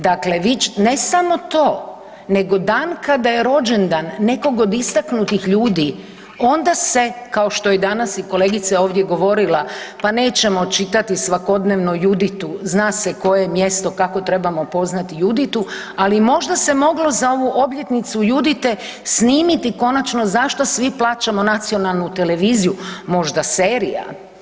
Dakle vi ćete, ne samo to nego dan kada je rođendan nekog od istaknutih ljudi, onda se, kao što je i danas i kolegica ovdje govorila, pa nećemo čitati svakodnevno Juditu, zna se koje je mjesto, kako trebamo poznati Juditu, ali možda se moglo za ovu obljetnicu Judite snimiti konačno zašto svi plaćamo nacionalnu televiziju, možda serija.